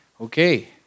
Okay